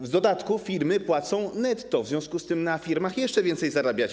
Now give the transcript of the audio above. W dodatku firmy płacą netto, w związku z tym na firmach jeszcze więcej zarabiacie.